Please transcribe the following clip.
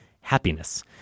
Happiness